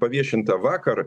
paviešinta vakar